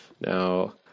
Now